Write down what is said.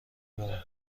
برم